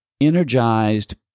energized